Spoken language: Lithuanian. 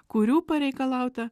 kurių pareikalauta